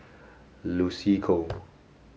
Lucy Koh